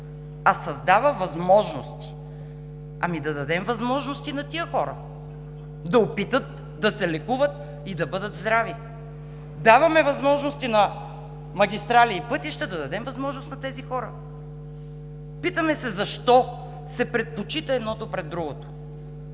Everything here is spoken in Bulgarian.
а създава възможности. Ами, да дадем възможности на тези хора – да опитат да се лекуват и да бъдат здрави. Даваме възможности на магистрали и пътища, да дадем възможност на тези хора! Питаме се: защо се предпочита едното пред другото?